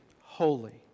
holy